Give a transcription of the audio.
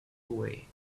away